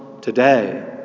today